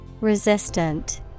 Resistant